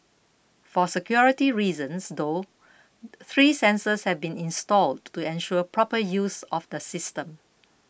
for security reasons though three sensors have been installed to ensure proper use of the system